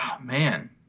man